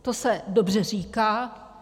To se dobře říká.